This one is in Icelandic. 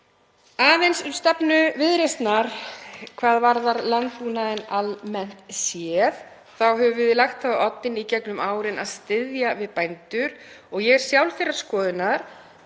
Um stefnu Viðreisnar hvað varðar landbúnaðinn almennt séð þá höfum við sett það á oddinn í gegnum árin að styðja við bændur og ég er sjálf þeirrar skoðunar